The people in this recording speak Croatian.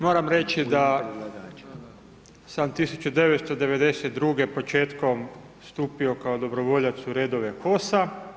Moram reći da sam 1992. početkom stupio kao dobrovoljac u redove HOS-a.